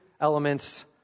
elements